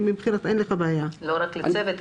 אין לך בעיה עם זה?